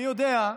אני יודע,